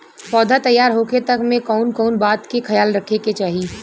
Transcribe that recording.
पौधा तैयार होखे तक मे कउन कउन बात के ख्याल रखे के चाही?